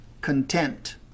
content